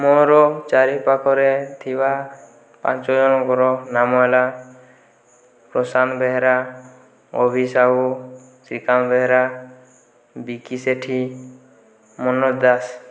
ମୋର ଚାରିପାଖରେ ଥିବା ପାଞ୍ଚ ଜଣଙ୍କର ନାମ ହେଲା ପ୍ରଶାନ୍ତ ବେହେରା ଅଭି ସାହୁ ଶ୍ରୀକାନ୍ତ ବେହେରା ବିକି ସେଠି ମନୋଜ ଦାସ